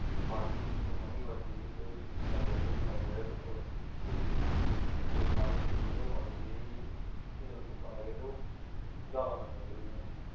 पार्वती हुंदी मणी गोआची गेई ही ते शिवजी ने आक्खेआ कि मणी तुप्पी देओ ते शेशनाग न तुप्पी ही ते ओह् मणी जेहदी ते जेल्लै तुप्पन लगे ते ओह् जादा मनियां निकली गेइयां